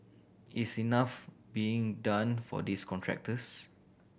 is enough being done for these contractors